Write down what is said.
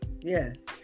Yes